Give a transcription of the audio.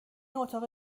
اتاق